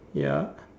ya